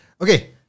Okay